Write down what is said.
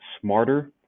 Smarter